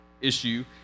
issue